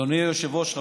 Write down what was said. אדוני היושב-ראש,